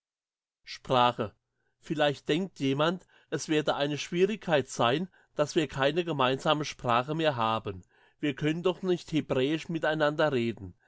sprache vielleicht denkt jemand es werde eine schwierigkeit sein dass wir keine gemeinsame sprache mehr haben wir können doch nicht hebräisch miteinander reden